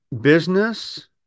Business